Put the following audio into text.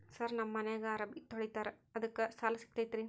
Sir ನಮ್ಮ ಮನ್ಯಾಗ ಅರಬಿ ತೊಳಿತಾರ ಅದಕ್ಕೆ ಸಾಲ ಸಿಗತೈತ ರಿ?